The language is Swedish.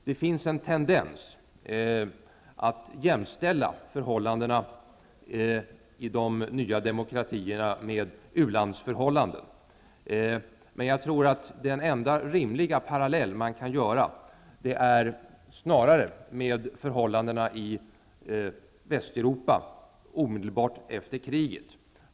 Det finns en tendens att jämställa förhållandena i de nya demokratierna med u-landsförhållanden. Men jag tror att den enda rimliga parallellen snarare är förhållandena i Västeuropa omedelbart efter kriget.